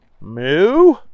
moo